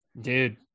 Dude